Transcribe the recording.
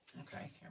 Okay